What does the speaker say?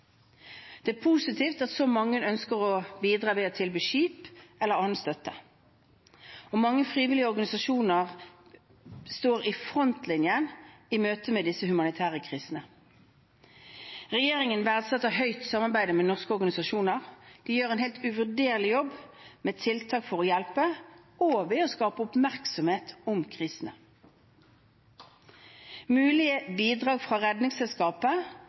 Det er positivt at så mange ønsker å bidra ved å tilby skip eller annen støtte. Mange frivillige organisasjoner står i frontlinjen i møte med disse humanitære krisene. Regjeringen verdsetter samarbeidet med norske organisasjoner høyt. De gjør en helt uvurderlig jobb med tiltak for å hjelpe, og ved å skape oppmerksomhet om krisene. Mulige bidrag fra Redningsselskapet